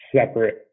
separate